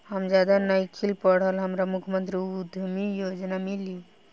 हम ज्यादा नइखिल पढ़ल हमरा मुख्यमंत्री उद्यमी योजना मिली?